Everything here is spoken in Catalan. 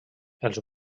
els